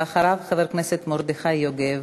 ואחריו, חבר הכנסת מרדכי יוגב.